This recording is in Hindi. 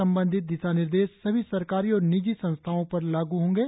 संबंधित दिशा निर्देश सभी सरकारी और निजी संस्थाओं पर लागू होंगे